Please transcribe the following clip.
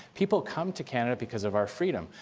people come to canada because of our freedom.